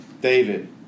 David